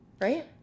right